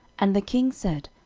and the king said,